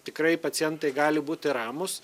tikrai pacientai gali būti ramūs